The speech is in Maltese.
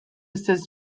istess